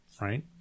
right